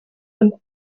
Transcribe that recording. und